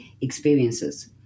experiences